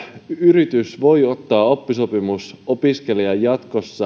yritys voi jatkossa ottaa oppisopimusopiskelijan